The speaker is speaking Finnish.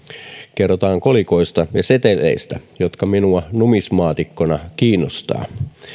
kerrotaan kolikoista ja seteleistä jotka minua numismaatikkona kiinnostavat